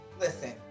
Listen